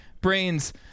brains